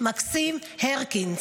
מקסים הרקין,